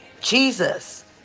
Jesus